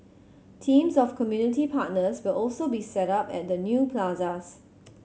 teams of community partners will also be set up at the new plazas